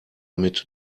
mit